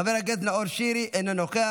חבר הכנסת דן אילוז, אינו נוכח,